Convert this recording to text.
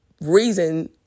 reason